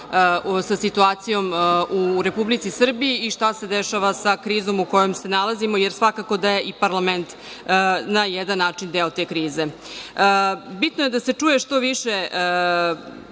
sa situacijom u Republici Srbiji i šta se dešava sa krizom u kojoj se nalazimo, jer svakako da je i parlament na jedan način deo te krize. Bitno je da se čuje što više